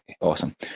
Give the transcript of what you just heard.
Awesome